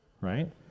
right